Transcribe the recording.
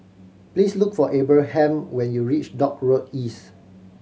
please look for Abraham when you reach Dock Road East